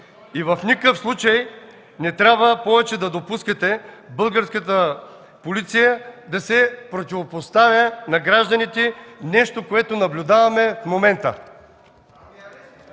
И в никакъв случай не трябва повече да допускате българската полиция да се противопоставя на гражданите – нещо, което наблюдаваме в момента.